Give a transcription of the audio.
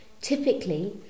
Typically